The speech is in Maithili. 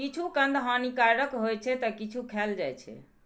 किछु कंद हानिकारक होइ छै, ते किछु खायल जाइ छै